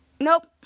nope